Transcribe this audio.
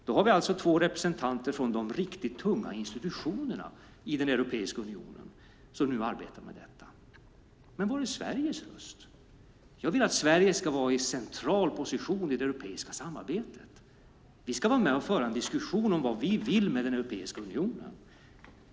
Det är alltså två representanter från de riktigt tunga institutionerna i Europeiska unionen som nu arbetar med detta. Men var är Sveriges röst? Jag vill att Sverige ska vara i central position i det europeiska samarbetet. Vi ska vara med och föra en diskussion om vad vi vill med Europeiska unionen.